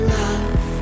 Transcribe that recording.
love